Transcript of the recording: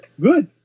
Good